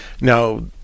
Now